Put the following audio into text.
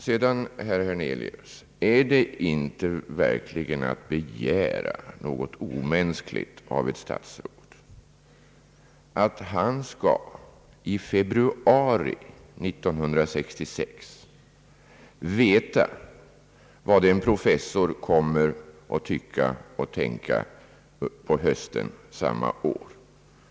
Sedan, herr Hernelius, är det väl att begära något omänskligt av ett statsråd, att han skall i februari 1966 veta vad en professor kommer att tycka och tänka på hösten samma år.